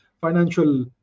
financial